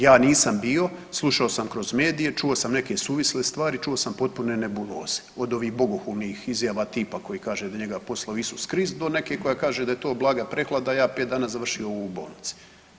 Ja nisam bio, slušao sam kroz medije, čuo sam neke suvisle stvari, čuo sam potpune nebuloze od ovih bogohulnih izjava tipa koji kaže da je njega poslao Isus Krist, do neke koja kaže da je to blaga prehlada, a ja 5 dana završio u bolnici.